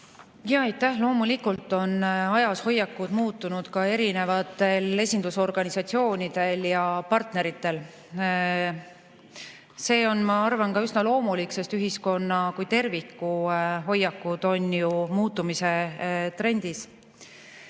Jaa, loomulikult on ajas hoiakud muutunud ka erinevatel esindusorganisatsioonidel ja partneritel. See on, ma arvan, üsna loomulik, sest ühiskonna kui terviku hoiakud on ju muutumise trendis.